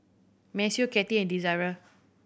Maceo Kati and Desirae